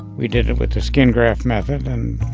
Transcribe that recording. we did it with the skin graft method and